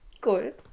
Good